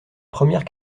première